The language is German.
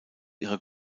ihrer